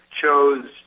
chose